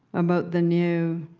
about the new.